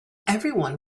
everyone